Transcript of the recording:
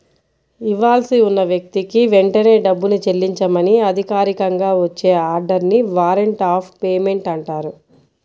ఇవ్వాల్సి ఉన్న వ్యక్తికి వెంటనే డబ్బుని చెల్లించమని అధికారికంగా వచ్చే ఆర్డర్ ని వారెంట్ ఆఫ్ పేమెంట్ అంటారు